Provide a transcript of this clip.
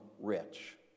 rich